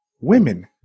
women